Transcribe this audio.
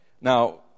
now